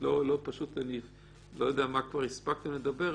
אני פשוט לא יודע על מה כבר הספקתם לדבר.